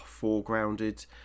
foregrounded